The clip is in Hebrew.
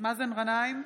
מאזן גנאים,